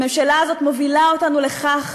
הממשלה הזאת מובילה אותנו לכך